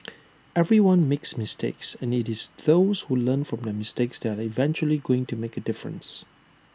everyone makes mistakes and IT is those who learn from their mistakes that are eventually going to make A difference